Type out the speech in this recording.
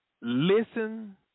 listen